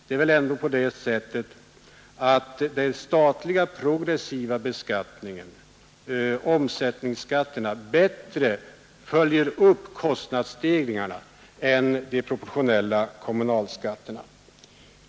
Det är väl ändå på det sättet att den statliga progressiva beskattningen och omsättningsskatterna bättre följer upp kostnadsstegringarna än de proportionella kommunalskatterna gör.